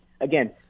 Again